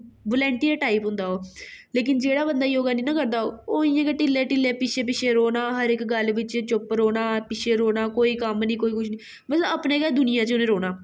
volunteer type रौंह्दा ओह् लेकिन जेह्ड़ा बंदा योगा नेईं ना करदा होग ओह् इ'यां गै ढिल्ले ढिल्ले पिच्छें पिच्छें रौंह्ना हर इक गल्ल बिच्च चुपचाप रौह्ना पिच्छें रौह्ना कोई कम्म नेईं कोई कुछ नेईं मतलब अपने गै दुनियां च उ'नें रौह्ना